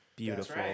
Beautiful